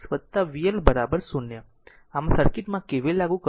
આમ સર્કિટ માં KVL લાગુ કરો